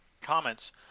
comments